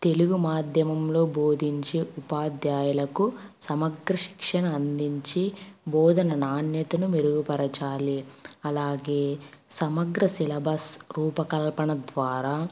తెలుగు మాధ్యమంలో బోధించే ఉపాధ్యాయులకు సమగ్ర శిక్షణ అందించి బోధన నాణ్యతను మెరుగుపరచాలి అలాగే సమగ్ర సిలబస్ రూపకల్పన ద్వారా